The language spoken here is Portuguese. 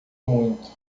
muito